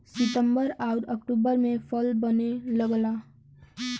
सितंबर आउर अक्टूबर में फल बने लगला